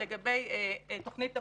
לגבי תוכנית עבודה.